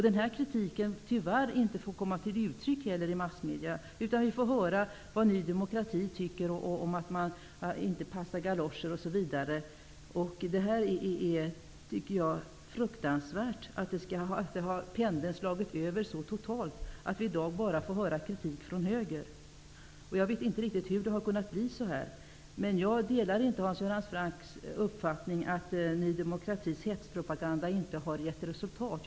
Den här kritiken får tyvärr inte heller komma till uttryck i massmedia, utan vi får höra vad Ny demokrati tycker, att galoscherna inte passar osv. Det är fruktansvärt att pendeln har slagit över så totalt, att vi i dag bara får höra kritik från höger. Jag vet inte riktigt hur det har kunnat bli så här, men jag delar inte Hans Göran Francks uppfattning att Ny demokratis hetspropaganda inte har gett resultat.